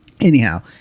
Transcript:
anyhow